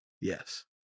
Yes